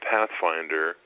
Pathfinder